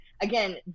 again